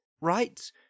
Right